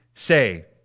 Say